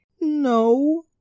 No